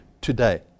today